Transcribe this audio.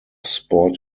sport